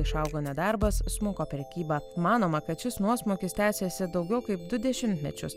išaugo nedarbas smuko prekyba manoma kad šis nuosmukis tęsėsi daugiau kaip du dešimtmečius